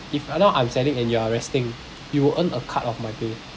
if right now I'm selling and you are resting you will earn a cut of my pay